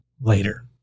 Later